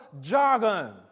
jargon